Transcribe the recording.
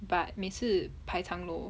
but 每次排长龙